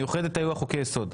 מיוחדת היו החוקי יסוד.